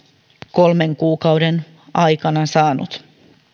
kolmen kuukauden aikana saaneet